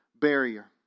barrier